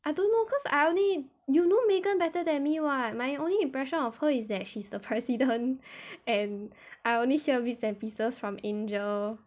I don't know cause I only you know megan better than me [what] my only impression of her is that she's the president and I only hear bits and pieces from angel